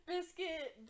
Biscuit